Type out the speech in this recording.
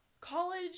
college